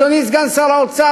אדוני סגן שר האוצר,